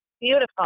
Beautiful